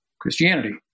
Christianity